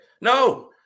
No